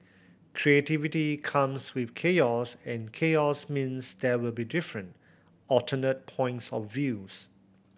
creativity comes with chaos and chaos means there will be different alternate points of views